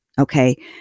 okay